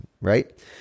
right